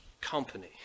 company